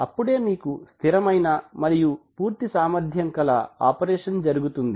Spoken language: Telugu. అప్పుడే మీకు స్థిరమైన మరియు పూర్తి సామర్ధ్యం కల ఆపరేషన్ జరుగుతుంది